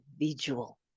individual